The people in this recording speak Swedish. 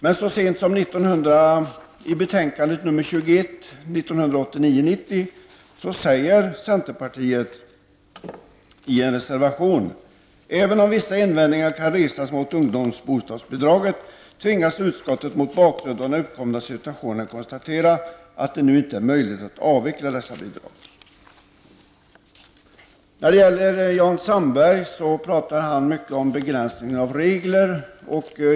Men så sent som i betänkandet 1989/90:21 säger centerpartiet i en reservation: ''Även om vissa invändningar kan resas mot ungdomsbostadsbidragen, tvingas utskottet mot bakgrund av den uppkomna situationen konstatera att det nu inte är möjligt att avveckla dessa bidrag.'' Jan Sandberg talar mycket om begränsningen av regler.